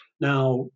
Now